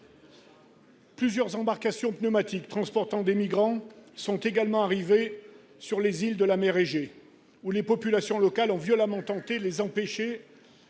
Plusieurs embarcations pneumatiques transportant des migrants sont également arrivées sur les îles de la mer Égée, où les populations locales ont violemment tenté de les empêcher